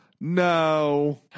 No